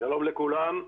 שלום לכולם.